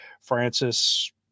Francis